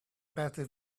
better